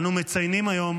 אנו מציינים היום